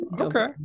okay